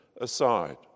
aside